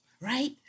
right